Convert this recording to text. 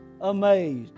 amazed